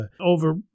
over